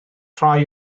rhai